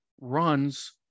runs